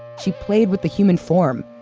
she played with the human form,